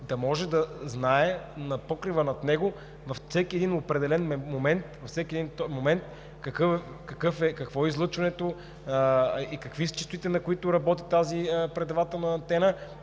да може да знае на покрива над него във всеки един определен момент какво е излъчването и какви са честотите, на които работи тази предавателна антена,